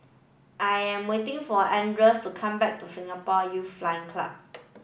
I am waiting for Andres to come back to Singapore Youth Flying Club